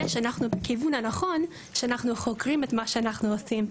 שאנחנו בכיוון הנכון שאנחנו חוקרים את מה שאנחנו עושים,